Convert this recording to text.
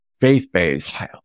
faith-based